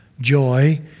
joy